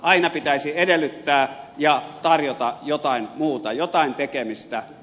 aina pitäisi edellyttää ja tarjota jotain muuta jotain tekemistä